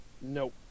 nope